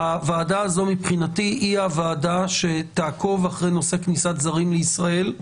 הוועדה הזו מבחינתי היא הוועדה שתעקוב אחר נושא כניסת הזרים לישראל.